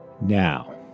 Now